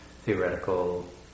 theoretical